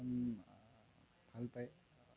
ভাল পায়